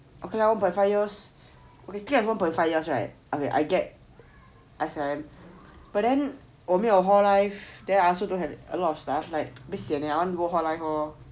okay lor one point five years one point five years I get S_I_M but then 我没有 hall life then I also don't have a lot of stuff like a bit sian like I want to go hall life